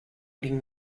eating